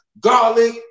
garlic